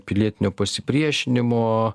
pilietinio pasipriešinimo